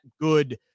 good